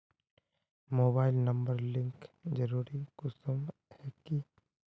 Mobile number link जरुरी कुंसम है की?